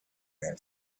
ran